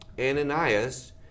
Ananias